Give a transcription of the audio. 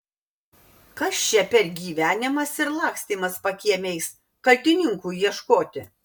kas čia per gyvenimas ir lakstymas pakiemiais kaltininkų ieškoti